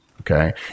okay